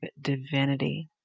divinity